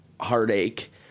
heartache